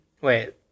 Wait